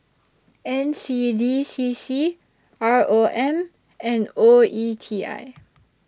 N C D C C R O M and O E T I